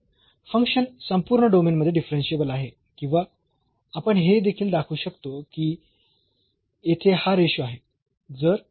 म्हणून फंक्शन संपूर्ण डोमेन मध्ये डिफरन्शियेबल आहे किंवा आपण हे देखील दाखवू शकतो की येथे हा रेशो आहे